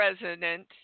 president